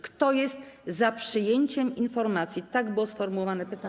Kto jest za przyjęciem informacji? - tak było sformułowane pytanie.